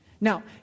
Now